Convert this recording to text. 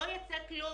גל,